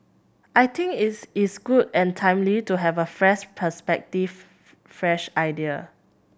I think it is good and timely to have a fresh perspective fresh ideas